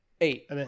Eight